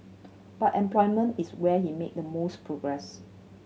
but employment is where he made the most progress